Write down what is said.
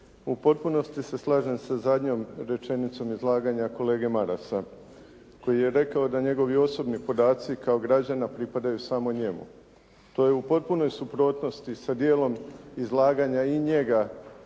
u potpunosti se slažem sa zadnjom rečenicom izlaganja kolege Marasa koji je rekao da njegovi osobni podaci kao građana pripadaju samo njemu. To je u potpunoj suprotnosti sa dijelom izlaganja i njega